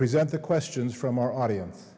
present the questions from our audience